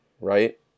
Right